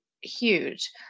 huge